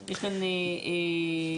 רשלנות,